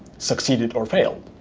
succeeded or failed.